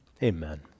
Amen